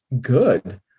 good